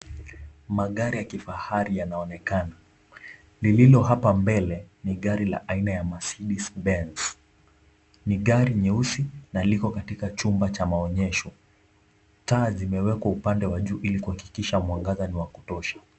Magari ya kifahari yanaonekana. Lililo hapa mbele ni gari la aina ya Marcedes Benz . Ni gari nyeusi na liko katika chumba cha maonyesho. Taa zimewekwa upande wa juu ili kuhakikisha mwangaza ni wa kutosha.